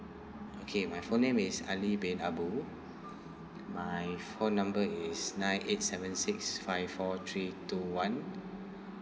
okay my full name is ali bin abu my phone number is nine eight seven six five four three two one